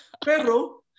Pero